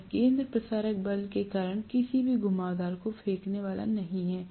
यह केन्द्रापसारक बल के कारण किसी भी घुमावदार को फेंकने वाला नहीं है